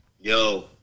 Yo